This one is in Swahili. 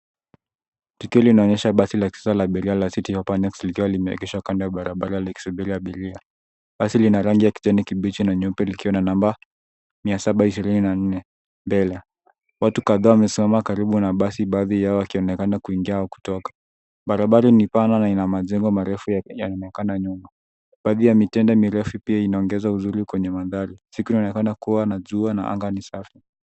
Tukio linaonyesha basi la kisasa la abiria la Citt Hoper Next likiwa limeegeshwa kando ya barabara, likisubiri abiria. Basi lina rangi ya kijani kibichi na nyeupe, likiwa na namba mia saba ishirini na nne mbele. Watu kadhaa wamesimama karibu na basi, baadhi yao wakionekana kuingia au kutoka. Barabara ni pana, na majengo marefu yanaonekana nyuma. Baadhi ya mitende mirefu pia inaongeza uzuri kwenye mandhari. Siku inaonekana kuwa na jua, na anga ni safi.